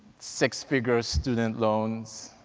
six figure student loans,